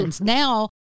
now